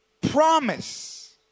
promise